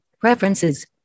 preferences